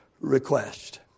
request